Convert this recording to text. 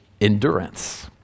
endurance